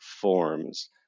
forms